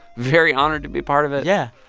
very honored to be part of it yeah,